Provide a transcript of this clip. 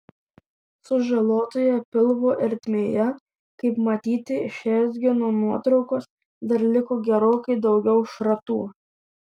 sužalotoje pilvo ertmėje kaip matyti iš rentgeno nuotraukos dar liko gerokai daugiau šratų